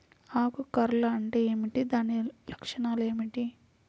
ఆకు కర్ల్ అంటే ఏమిటి? దాని లక్షణాలు ఏమిటి?